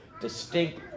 distinct